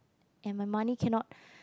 and my money cannot